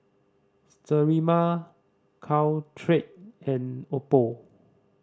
Sterimar Caltrate and Oppo